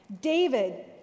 David